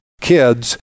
kids